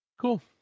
Cool